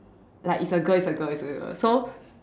like it's a girl it's a girl it's a girl so